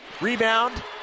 Rebound